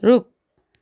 रुख